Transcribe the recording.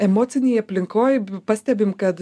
emocinėj aplinkoj pastebim kad